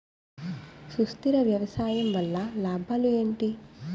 సుస్థిర వ్యవసాయం వల్ల లాభాలు ఏంటి?